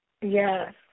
Yes